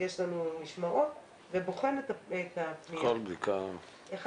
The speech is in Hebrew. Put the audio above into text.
יש לנו משמרות, ובוחן את הפנייה אחת אחת.